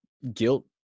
Guilt